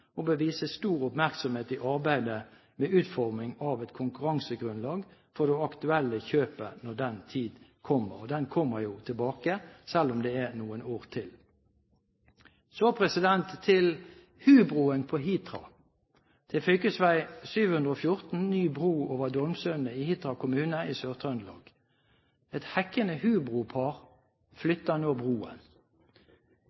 og bør vies stor oppmerksomhet i arbeidet med utforming av et konkurransegrunnlag for det aktuelle kjøpet når den tid kommer.» Den kommer jo tilbake, selv om det er noen år til. Så til hubroen på Hitra, til fv. 714, ny bro over Dolmsundet i Hitra kommune i Sør-Trøndelag. Et hekkende hubropar